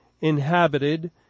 inhabited